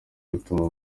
bituma